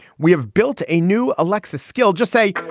we have built a new alexis skill. just say,